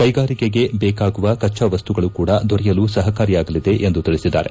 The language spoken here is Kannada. ಕೈಗಾರಿಕೆಗೆ ಬೇಕಾಗುವ ಕಚ್ಚಾ ವಸ್ತುಗಳೂ ಕೂಡ ದೊರೆಯುಲು ಸಹಕಾರಿಯಾಗಲಿದೆ ಎಂದು ತಿಳಿಸಿದ್ದಾರೆ